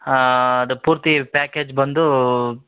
ಹಾಂ ಅದು ಪೂರ್ತಿ ಪ್ಯಾಕೇಜ್ ಬಂದು